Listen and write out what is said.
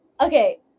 okay